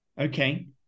Okay